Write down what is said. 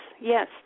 yes